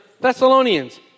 Thessalonians